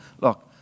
Look